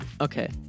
Okay